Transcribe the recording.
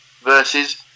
versus